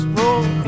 roll